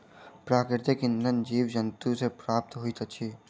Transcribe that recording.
प्राकृतिक इंधन जीव जन्तु सॅ प्राप्त होइत अछि